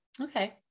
Okay